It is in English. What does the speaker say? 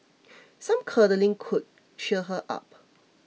some cuddling could cheer her up